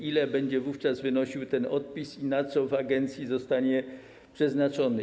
Ile będzie wówczas wynosił ten odpis i na co w agencji zostanie przeznaczony?